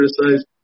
criticize